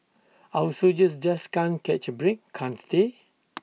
our soldiers just can't catch A break can't they